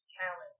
talent